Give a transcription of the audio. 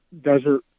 desert